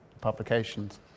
publications